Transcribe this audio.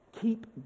Keep